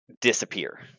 disappear